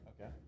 Okay